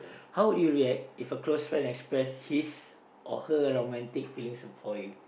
how would you react if a close friend express his or her romantic feelings for you